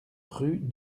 rue